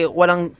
walang